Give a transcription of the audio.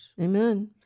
Amen